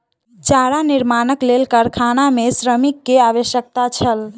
चारा निर्माणक लेल कारखाना मे श्रमिक के आवश्यकता छल